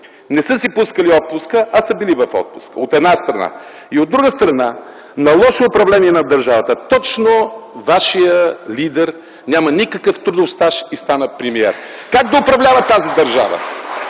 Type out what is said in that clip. не са си пускали отпуска, а са били в отпуска – от една страна, а от друга страна – на лошо управление на държавата. Точно вашият лидер няма никакъв трудов стаж и стана премиер. (Ръкопляскания